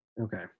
Okay